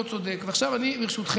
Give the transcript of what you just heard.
ולהידברות,